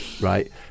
right